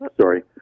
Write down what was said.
Sorry